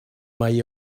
mae